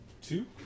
Two